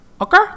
Okay